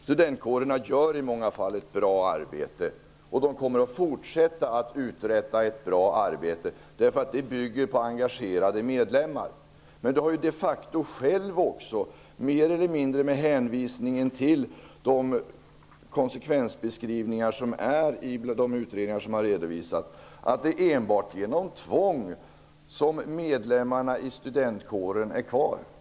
Studentkårerna gör i många fall ett bra arbete, och de kommer att fortsätta att uträtta ett bra arbete, eftersom det bygger på engagerade medlemmar. Men Bengt Silfverstrand har själv, mer eller mindre med hänvisning till de konsekvensbeskrivningar som har gjorts i de utredningar som redovisats, dragit slutsatsen att det enbart är genom tvång som medlemmarna i studentkåren är kvar.